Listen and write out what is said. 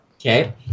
Okay